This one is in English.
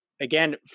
again